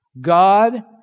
God